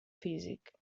físic